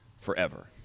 forever